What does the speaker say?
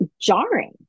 jarring